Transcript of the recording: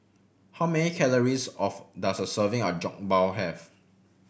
how many calories of does a serving of Jokbal have